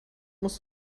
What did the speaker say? musst